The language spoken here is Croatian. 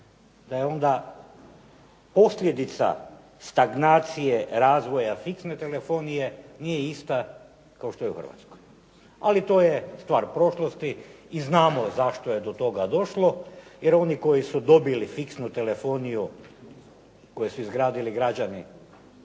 da je onda posljedica stagnacije razvoja fiksne telefonije, nije ista kao što je u Hrvatskoj, ali to je stvar prošlosti i znamo zašto je do toga došlo jer oni koji su dobili fiksnu telefoniju koji su izgradili građani ove